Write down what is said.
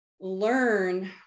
learn